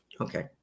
okay